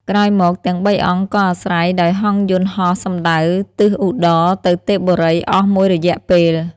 ក្រោយមក ទាំងបីអង្គក៏អាស្រ័យដោយហង្សយន្តហោះសំដៅទិសឧត្តរទៅទេពបុរីអស់មួយរយៈពេល។